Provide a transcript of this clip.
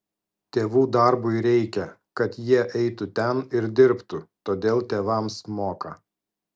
tėvų darbui reikia kad jie eitų ten ir dirbtų todėl tėvams moka